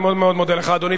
אני מאוד מאוד מודה לך, אדוני.